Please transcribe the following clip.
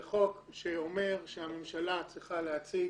זה חוק שאומר שהממשלה צריכה להציג